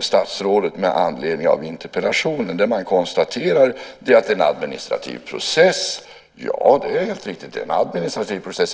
statsrådet med anledning av interpellationen. Man konstaterar att det är en administrativ process. Ja, det är en administrativ process.